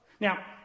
Now